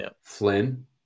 Flynn